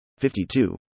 52